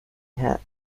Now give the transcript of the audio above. head